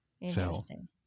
Interesting